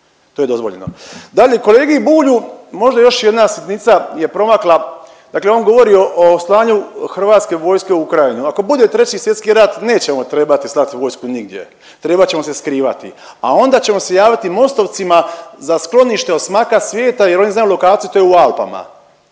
to je dozvoljeno. Dalje. Kolegi Bulju možda još jedna sitnica je promakla, dakle on govori o slanju Hrvatske vojske u Ukrajinu. Ako bude Treći svjetski rat nećemo trebati slati vojsku nigdje, trebat ćemo se skrivati, a onda ćemo se javiti Mostovcima za sklonište od smaka svijeta jer oni znaju lokaciju. To je u Alpama.